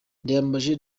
ndayambaje